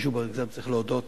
מישהו גם צריך להודות